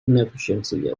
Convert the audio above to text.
inefficiency